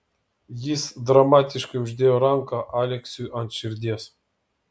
jis dramatiškai uždėjo ranką aleksiui ant širdies